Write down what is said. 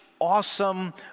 awesome